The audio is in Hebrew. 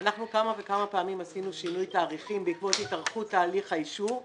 אנחנו כמה וכמה פעמים עשינו שינוי תאריכים בעקבות התארכות תהליך האישור,